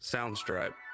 Soundstripe